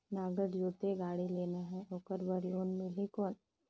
नागर जोते गाड़ी लेना हे ओकर बार लोन मिलही कौन?